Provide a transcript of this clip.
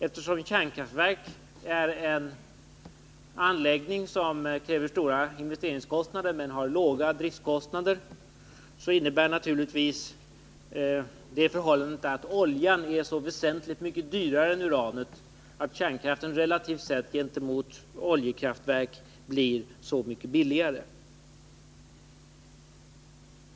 Eftersom kärnkraftverk medför stora investeringskostnader men låga driftkostnader, innebär naturligtvis det förhållandet att olja är så väsentligt mycket dyrare än uran att kärnkraftverk blir mycket billigare i förhållande till oljekraftverk.